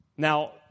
Now